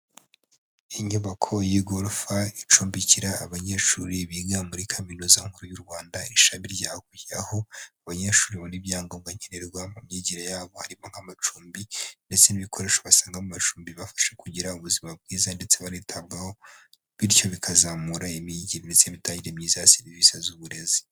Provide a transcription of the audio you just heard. Inyubako y'igorofa icumbikira abanyeshuri biga muri kaminuza nkuru y'u Rwanda ishami rya Huye, aho abanyeshuri babona ibyangombwa nkenerwa mu myigire yabo, harimo nk'amacumbi ndetse n'ibikoresho basanga mu macumbi bibafasha kugira ubuzima bwiza ndetse banitabwaho bityo bikazamura imigire ndetse n'imitangire myiza ya serivisi z'uburezi.